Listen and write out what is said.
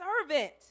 servant